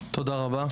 (הצגת מצגת) תודה רבה,